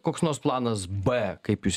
koks nors planas b kaip jūs